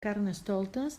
carnestoltes